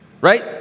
Right